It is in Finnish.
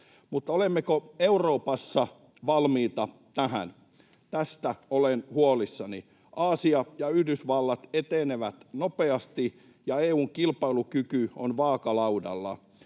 mutta olemmeko Euroopassa valmiita tähän? Tästä olen huolissani. Aasia ja Yhdysvallat etenevät nopeasti, ja EU:n kilpailukyky on vaakalaudalla.